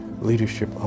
leadership